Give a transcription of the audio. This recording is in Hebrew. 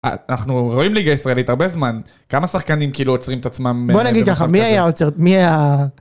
אנחנו רואים ליגה ישראלית הרבה זמן כמה שחקנים כאילו עוצרים את עצמם.